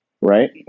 right